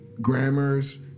grammars